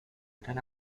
gran